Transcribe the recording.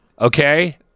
okay